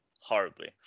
horribly